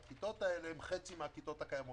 והכיתות האלה הן חצי מהכיתות הקיימות.